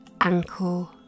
ankle